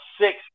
six